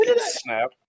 snap